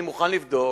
אני מוכן לבדוק.